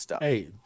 Hey